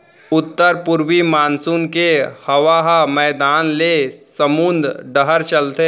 उत्तर पूरवी मानसून के हवा ह मैदान ले समुंद डहर चलथे